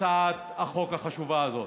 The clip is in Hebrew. הצעת החוק החשובה הזאת.